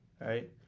right